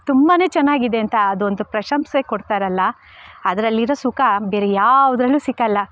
ತುಂಬನೇ ಚೆನ್ನಾಗಿದೆ ಅಂತ ಅದೊಂದು ಪ್ರಶಂಸೆ ಕೊಡ್ತಾರಲ್ಲ ಅದರಲ್ಲಿರೋ ಸುಖ ಬೇರೆ ಯಾವುದ್ರಲ್ಲು ಸಿಕ್ಕೋಲ್ಲ